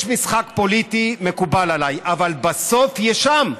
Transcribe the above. יש משחק פוליטי, מקובל עליי, אבל בסוף יש עם,